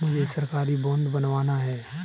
मुझे सरकारी बॉन्ड बनवाना है